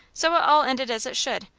so it all ended as it should.